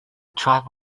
tribe